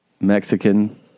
Mexican